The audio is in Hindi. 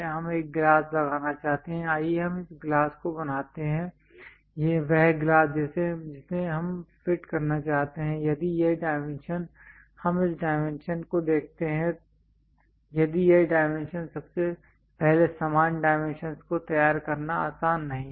हम एक ग्लास लगाना चाहते हैं आइए हम इस ग्लास को बनाते हैं वह ग्लास जिसे हम फिट करना चाहते हैं यदि यह डायमेंशन हम इस डायमेंशन को देखते हैं यदि यह डायमेंशन सबसे पहले समान डाइमेंशंस को तैयार करना आसान नहीं है